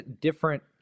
different